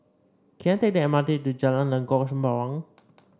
can I take the M R T to Jalan Lengkok Sembawang